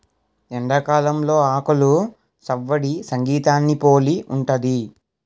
ఎండాకాలంలో ఆకులు సవ్వడి సంగీతాన్ని పోలి ఉంటది